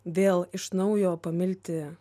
vėl iš naujo pamilti